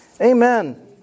Amen